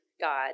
God